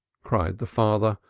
cried the father,